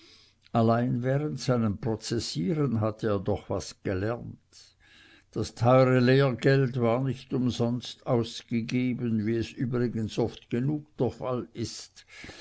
allein während seinem prozessieren hatte er doch was gelernt das teure lehrgeld war nicht umsonst ausgegeben wie es übrigens oft genug der fall ist